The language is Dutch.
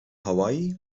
hawaï